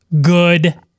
good